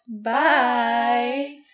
Bye